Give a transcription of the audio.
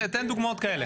תן דוגמאות כאלה.